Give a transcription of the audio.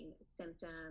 symptoms